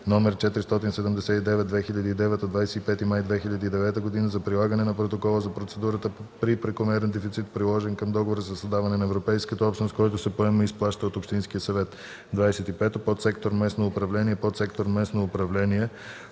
май 2009 г. за прилагане на Протокола за процедурата при прекомерен дефицит, приложен към Договора за създаване на Европейската общност, който се поема и изплаща от общинския бюджет. 25. „Подсектор „Местно управление” е подсектор „Местно управление”